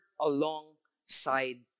alongside